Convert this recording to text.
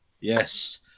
Yes